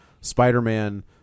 Spider-Man